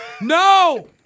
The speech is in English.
No